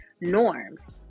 norms